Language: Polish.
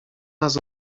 nas